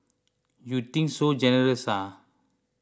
you think so generous ah